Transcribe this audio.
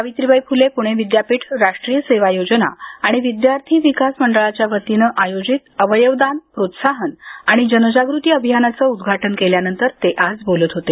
सावित्रीबाई फुले पुणे विद्यापीठ राष्ट्रीय सेवा योजना आणि विद्यार्थी विकास मंडळाच्या वतीनं आयोजित अवयवदान प्रोत्साहन आणि जनजागृती अभियानाचं उद्घाटन केल्यानंतर ते आज बोलत होते